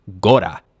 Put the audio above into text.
Gora